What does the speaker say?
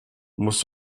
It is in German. muss